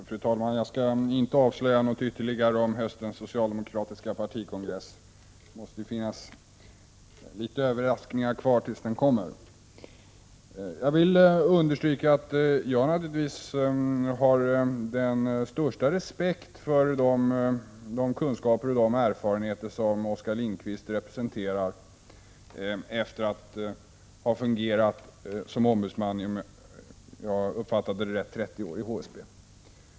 Fru talman! Jag skall inte avslöja något ytterligare om höstens socialdemokratiska partikongress. Det måste ju finnas några överraskningar kvar. Jag vill understryka att jag naturligtvis har den största respekt för de kunskaper och erfarenheter som Oskar Lindkvist representerar efter att - om jag har uppfattat det rätt =ha fungerat som ombudsman under 30 år i HSB.